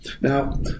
Now